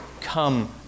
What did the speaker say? come